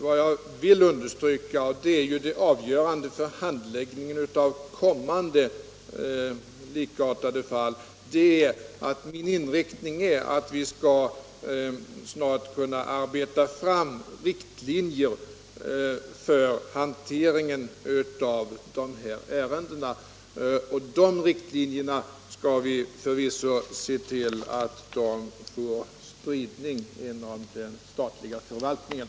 Vad jag vill understryka — och det är ju det avgörande för handläggningen av kommande likartade fall — är att min inriktning är att vi snart skall kunna arbeta fram riktlinjer för hanteringen av de här ärendena, och de riktlinjerna skall vi förvisso se till får spridning inom den statliga förvaltningen.